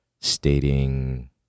stating